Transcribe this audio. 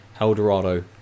Eldorado